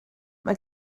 mae